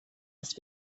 ist